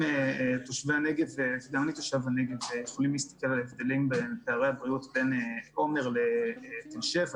תושבי הנגב יכולים להסתכל על פערי הבריאות בין עומר לבין תל שבע